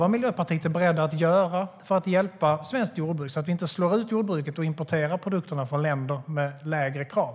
Vad är Miljöpartiet beredda att göra för att hjälpa svenskt jordbruk så att vi inte slår ut jordbruket och får importera produkterna från länder med lägre krav?